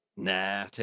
Nah